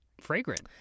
fragrant